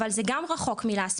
אבל זה גם רחוק מלהספיק,